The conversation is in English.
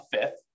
fifth